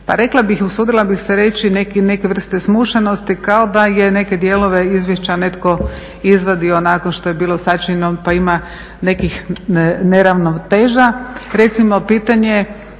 pa usudila bih se reći neke vrste smušenosti kao da je neke dijelove izvješća izvadio nakon što je bilo sačinjeno pa ima nekih neravnoteža. Recimo pitanje